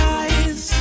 eyes